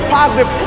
positive